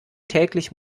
täglich